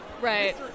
Right